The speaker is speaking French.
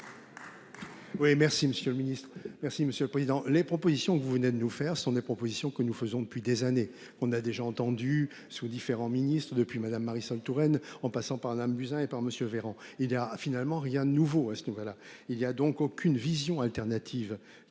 merci Monsieur le Président, les propositions que vous venez de nous faire ce sont des propositions que nous faisons depuis des années on a déjà entendu sous différents ministre depuis Madame Marisol Touraine, en passant par Madame Buzyn et par monsieur Véran. Il y a finalement rien de nouveau à ce niveau là, il y a donc aucune vision alternative